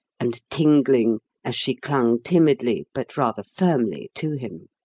and tingling as she clung timidly but rather firmly to him.